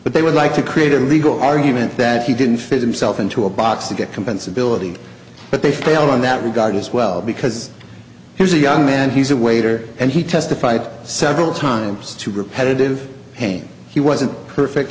but they would like to create a legal argument that he didn't fit him selfe into a box to get complaints ability but they fail in that regard as well because here's a young man he's a waiter and he testified several times to repetitive pain he wasn't perfect